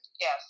Yes